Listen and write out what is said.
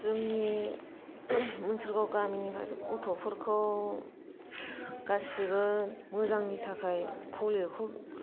जोंनि मोनसोरगाव गामिनि गथ'फोरखौ गासिबो मोजांनि थाखाय फलिअखौ